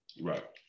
right